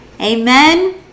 Amen